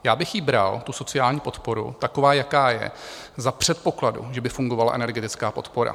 Já bych ji bral, tu sociální podporu, taková, jaká je, za předpokladu, že by fungovala energetická podpora.